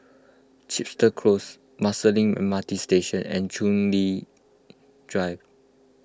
Chepstow Close Marsiling M R T Station and Soon Lee Drive